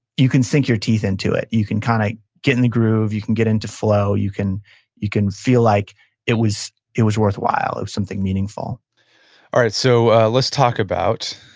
you can sink your teeth into it. you can kind of get in the groove. you can get into flow. you can you can feel like it it was worthwhile, it was something meaningful all right, so let's talk about,